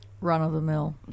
run-of-the-mill